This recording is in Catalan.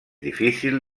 difícil